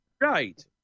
Right